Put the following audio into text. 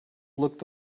looked